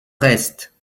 reste